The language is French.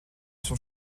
son